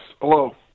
hello